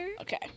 Okay